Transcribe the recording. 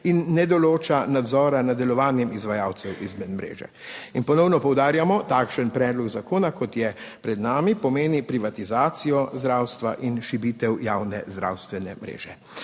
in ne določa nadzora nad delovanjem izvajalcev. Izven mreže in ponovno poudarjamo, takšen predlog zakona kot je pred nami pomeni privatizacijo zdravstva in širitev javne zdravstvene mreže.